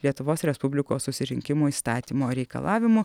lietuvos respublikos susirinkimų įstatymo reikalavimų